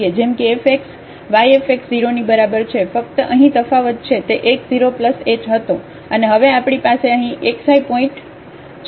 જેમ કે fx y fx 0 ની બરાબર છે ફક્ત અહીં તફાવત છે તેx0 h હતો અને હવે આપણી પાસે અહીં એક્સાય પોઇન્ટ છે